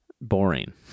boring